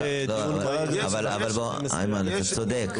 אבל בוא, איימן, אתה צודק.